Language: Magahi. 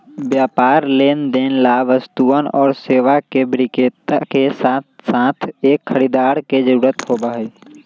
व्यापार लेनदेन ला वस्तुअन और सेवा के विक्रेता के साथसाथ एक खरीदार के जरूरत होबा हई